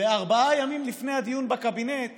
וארבעה ימים לפני הדיון בקבינט